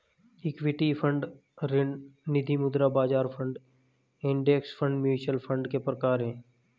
equity fund ऋण निधिमुद्रा बाजार fund index fund mutual fund के प्रकार हैं